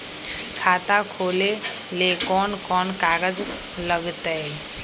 खाता खोले ले कौन कौन कागज लगतै?